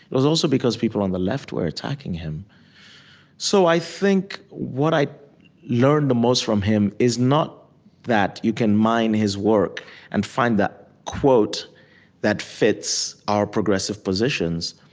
it was also because people on the left were attacking him so i think what i learned the most from him is not that you can mine his work and find the quote that fits our progressive positions,